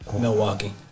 Milwaukee